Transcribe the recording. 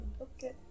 okay